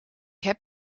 heb